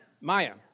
Maya